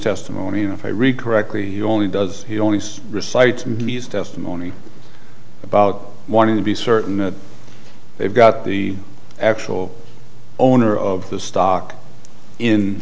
testimony if i recall correctly only does he only recites mused testimony about wanting to be certain that they've got the actual owner of the stock in